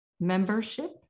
Membership